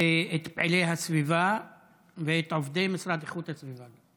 ואת פעילי הסביבה ואת עובדי המשרד לאיכות הסביבה,